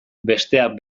besteak